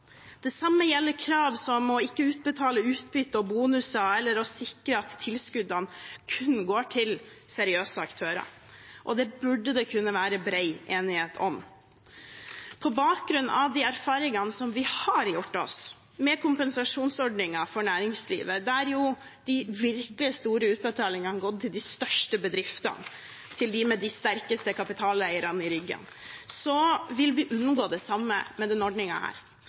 Det samme gjelder krav som å ikke utbetale utbytte og bonuser eller å sikre at tilskuddene kun går til seriøse aktører. Det burde det kunne være bred enighet om. På bakgrunn av de erfaringene vi har gjort oss med kompensasjonsordningen for næringslivet, der de virkelig store utbetalingene har gått til de største bedriftene, til dem med de sterkeste kapitaleierne i ryggen, vil vi unngå det samme med